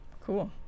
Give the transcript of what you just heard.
cool